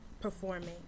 performing